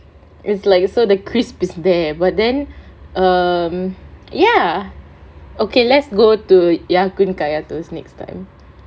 is like so the crisp is there but then err ya okay let's go to ya kun kaya toast next time